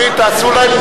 זה הכול.